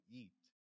eat